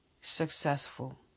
successful